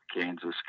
Kansas